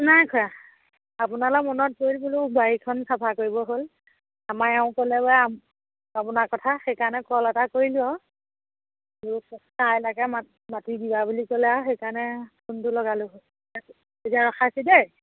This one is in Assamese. নাই খোৱা আপোনালৈ মনত পৰি বোলো বাৰীখন চাফা কৰিব হ'ল আমাৰ এওঁ ক'লে যে আপোনাৰ কথা সেইকাৰণে কল এটা কৰিলোঁ আৰু এনেকে মা মাটি দিবা বুলি ক'লে আৰু সেইকাৰণে ফোনটো লগালোঁ এতিয়া ৰখাইছোঁ দেই